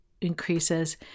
increases